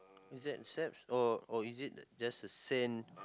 is that steps or or is it just a sand